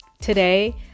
Today